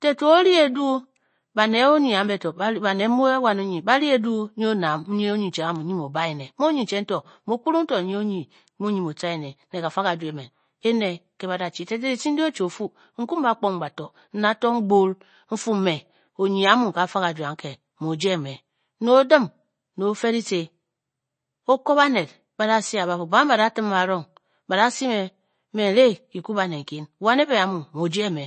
Tete o-ri eduu, banet mu wan onyinyi ba-ri eduu nyi oned amu nyi onyincheng amu mu mu o-ba ene. onyinchang to mu o-kpurung to mu onyinyi mu nyi mu o-tca ene kafa kajuu emem. e ne nke bodachi tete dyici ndyi o-chi o-fu, n-ku m-ba kpong bato n-da tong gbul n-fu me onyinyi amu ka fa kajuu anke mu o-jeng mme. Ne o-dim, ne o-fe dyici, o-ke ng bannet o-fu ba ng ba-da tim a arung ba da si me, me n-ri kyiuk baned nkyin, wan ebe a mu, mu o-je ng me